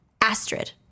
Astrid